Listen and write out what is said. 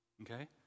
Okay